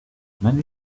many